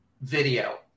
video